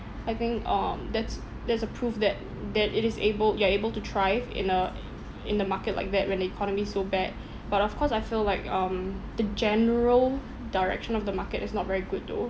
I think um that's that's a proof that that it is able you are able to thrive in a i~ in the market like that when the economy is so bad but of course I feel like um the general direction of the market is not very good though